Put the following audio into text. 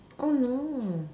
oh no